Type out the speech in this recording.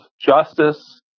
justice